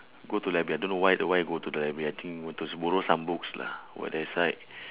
go to library I don't know why the why go to the library I think go to borrow some books lah go that side